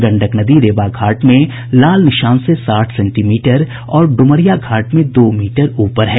गंडक नदी रेवा घाट में लाल निशान से साठ सेंटीमीटर और ड्मरिया घाट में दो मीटर ऊपर है